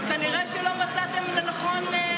אבל כנראה שלא מצאתם לנכון.